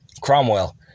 Cromwell